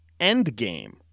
Endgame